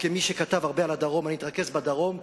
כמי שכתב הרבה על הדרום, אני אתרכז בדרום.